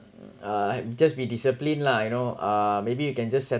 uh just be discipline lah you know uh maybe you can just set